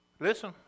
Listen